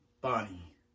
bonnie